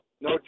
No